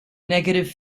negative